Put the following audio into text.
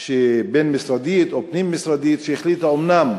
בין-משרדית או פנים-משרדית שהחליטה אומנם